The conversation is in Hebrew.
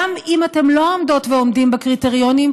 גם אם אתן לא עומדות ועומדים בקריטריונים,